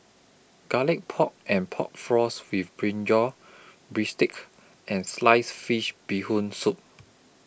Garlic Pork and Pork Floss with Brinjal Bistake and Sliced Fish Bee Hoon Soup